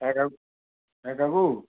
হ্যাঁ কা হ্যাঁ কাকু